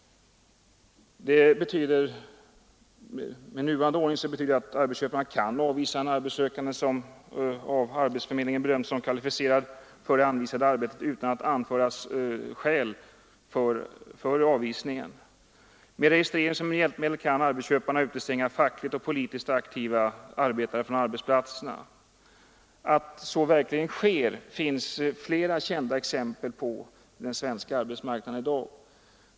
Med nuvarande ordning kan arbetsköparna utan att anföra skäl avvisa en arbetssökande som av arbetsförmedlingen bedömts som kvalificerad för det anvisade arbetet. Med registrering som hjälpmedel kan arbetsköparna utestänga fackligt och politiskt aktiva arbetare från arbetsplatserna. Att så verkligen sker finns flera kända exempel på från den svenska arbetsmarknaden av i dag.